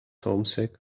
homesick